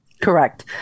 correct